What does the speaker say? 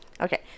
Okay